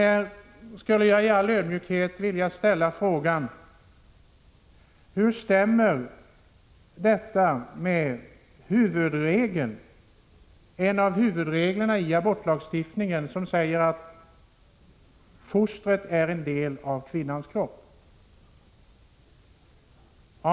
Jag skulle i all ödmjukhet vilja ställa frågan: Hur stämmer denna med en av huvudreglerna inom abortlagstiftningen, som säger att fostret är en del av kvinnans kropp?